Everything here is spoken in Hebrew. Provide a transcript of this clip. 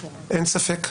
אין ספק.